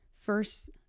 first